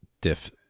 diff